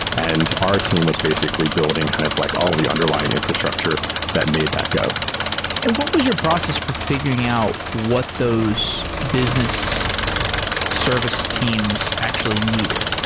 and our team was basically building kind of like all the underlying infrastructure that made that go and what was your process for fi guring out what those business service teams actually needed?